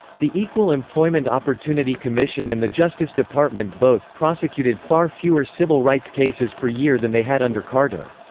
the equal employment opportunity commission and the justice department both prosecuted far fewer civil rights cases per year than they had under carter.